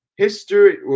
History